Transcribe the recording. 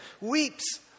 weeps